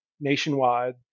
nationwide